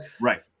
Right